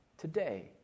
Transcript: Today